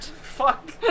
Fuck